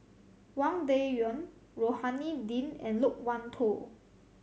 Wang Dayuan Rohani Din and Loke Wan Tho